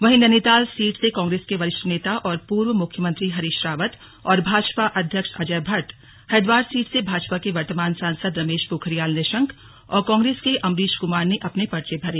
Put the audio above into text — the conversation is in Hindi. वहीं नैनीताल सीट से कांग्रेस के वरिष्ठ नेता और पूर्व मुख्यमंत्री हरीश रावत और भाजपा अध्यक्ष अजय भट्ट हरिद्वार सीट से भाजपा के वर्तमान सांसद रमेश पोखरियाल निशंक और कांग्रेस के अम्बरीश कुमार ने अपने परचे भरे